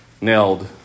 nailed